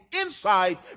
inside